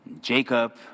Jacob